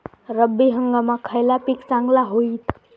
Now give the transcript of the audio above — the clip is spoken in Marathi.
रब्बी हंगामाक खयला पीक चांगला होईत?